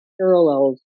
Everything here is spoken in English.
parallels